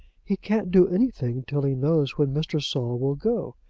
he can't do anything till he knows when mr. saul will go.